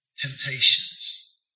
temptations